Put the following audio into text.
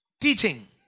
teaching